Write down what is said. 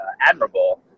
admirable